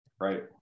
right